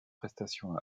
prestations